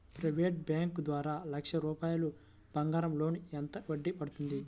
Private bank ద్వారా లక్ష రూపాయలు బంగారం లోన్ ఎంత వడ్డీ పడుతుంది?